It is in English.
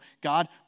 God